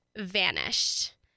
vanished